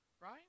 Right